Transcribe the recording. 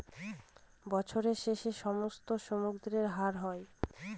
বছরের শেষে সমস্ত সুদের হার হয়